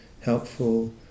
helpful